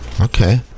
Okay